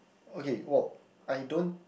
okay well I don't